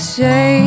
say